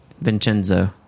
Vincenzo